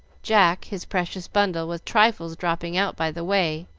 jack his precious bundle with trifles dropping out by the way